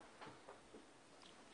בבקשה.